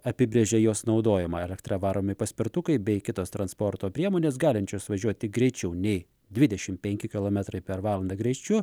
apibrėžia jos naudojimą elektra varomi paspirtukai bei kitos transporto priemonės galinčios važiuoti greičiau nei dvidešimt penki kilometrai per valandą greičiu